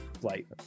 flight